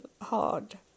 hard